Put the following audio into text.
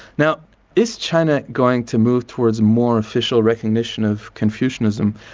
now is china going to move towards more official recognition of confucianism?